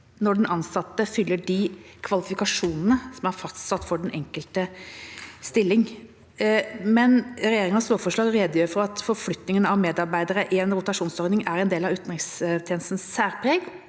når den ansatte fyller de kvalifikasjonene som er fastsatt for den enkelte stilling. Regjeringas lovforslag redegjør for at forflytningen av medarbeidere i en rotasjonsordning er en del av utenrikstjenestens særpreg.